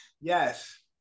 Yes